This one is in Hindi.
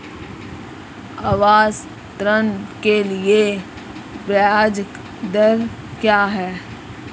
आवास ऋण के लिए ब्याज दर क्या हैं?